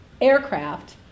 aircraft